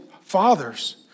fathers